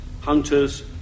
hunters